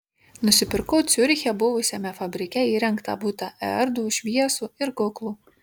nusipirkau ciuriche buvusiame fabrike įrengtą butą erdvų šviesų ir kuklų